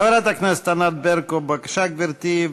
חברת הכנסת ענת ברקו, בבקשה, גברתי.